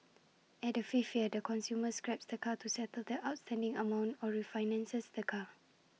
at the fifth year the consumer scraps the car to settle the outstanding amount or refinances the car